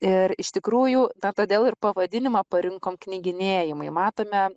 ir iš tikrųjų tą todėl ir pavadinimą parinkom knyginėjimai matome